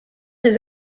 des